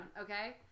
Okay